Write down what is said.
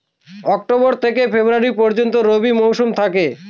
October থেকে February পর্যন্ত রবি মৌসুম থাকে